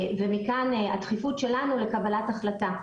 מכאן הדחיפות שלנו לקבלת החלטה.